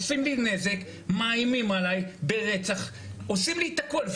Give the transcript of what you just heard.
עושים לי נזק, מאיימים עלי ברצח, עושים לי את הכל.